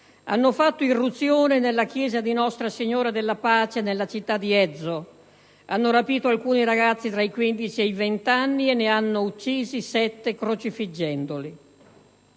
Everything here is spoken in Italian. hanno fatto irruzione nella chiesa di Nostra Signora della Pace nella città di Ezo, hanno rapito alcuni ragazzi tra i 15 e i 20 anni e ne hanno uccisi sette, crocifiggendoli.